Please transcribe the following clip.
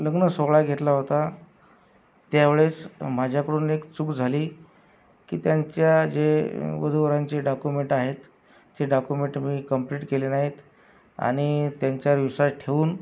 लग्नसोहळा घेतला होता त्यावेळेस माझ्याकडून एक चूक झाली की त्यांच्या जे वधूवरांचे डाकुमेंट आहेत ते डाकुमेंट मी कम्प्लिट केले नाहीत आणि त्यांच्यावर विश्वास ठेवून